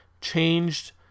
changed